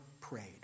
prayed